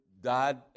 died